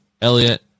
Elliot